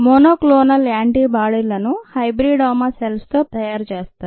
monoclonal యాంటీబాడీలను hybridoma cells తో తయారు చేస్తారు